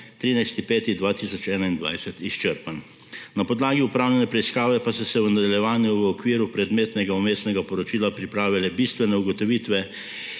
izčrpan. Na podlagi opravljene preiskave pa so se v nadaljevanju v okviru predmetnega vmesnega poročila pripravile le bistvene ugotovitve